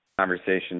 conversation